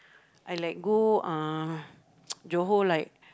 I like go uh Johor like